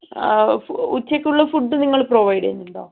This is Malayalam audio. ഉച്ചയ്ക്കുള്ള ഫുഡ്ഡ് നിങ്ങൾ പ്രൊവൈഡ് ചെയ്യുന്നുണ്ടോ